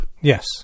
Yes